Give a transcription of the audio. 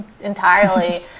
entirely